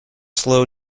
slow